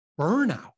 burnout